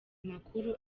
amakuru